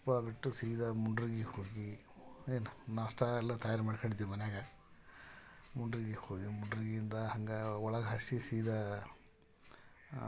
ಕೊಪ್ಪಳ ಬಿಟ್ಟು ಸೀದಾ ಮುಂಡರಗಿ ಹೋಗಿ ಏನು ನಾಷ್ಟಾ ಎಲ್ಲ ತಯಾರಿ ಮಾಡ್ಕೊಂಡಿದ್ವಿ ಮನ್ಯಾಗ ಮುಂಡರಗಿ ಹೋಗಿ ಮುಂಡರಗಿಯಿಂದ ಹಂಗೆ ಒಳಗೆ ಹಾಸಿ ಸೀದಾ